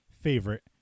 favorite